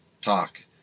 talk